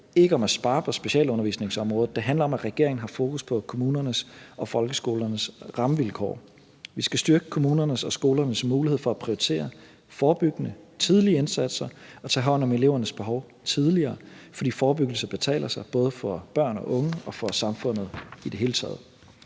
ikke om at spare på specialundervisningsområdet; det handler om, at regeringen har fokus på kommunernes og folkeskolernes rammevilkår. Vi skal styrke kommunernes og skolernes mulighed for at prioritere forebyggende, tidlige indsatser og tage hånd om elevernes behov tidligere, fordi forebyggelse betaler sig, både for børn og unge og for samfundet i det hele taget.